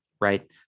right